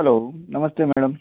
hello నమస్తే madam